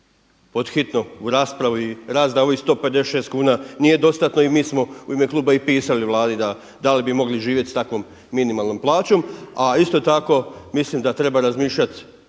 pod hitno u raspravu i rast da ovih 156 kuna nije dostatno i mi smo u ime kluba i pisali Vladi da dali bi mogli živjeti s takvom minimalnom plaćom. A isto tako mislim da treba razmišljati